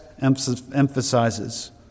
emphasizes